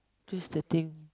just the thing